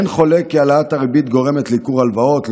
אין חולק כי העלאת הריבית גורמת לייקור הלוואות,